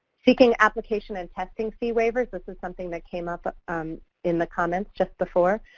seeking application and testing fee waivers. this is something that came up um in the comments just before.